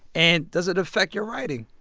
and does it affect your writing?